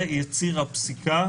זה יציר פסיקה,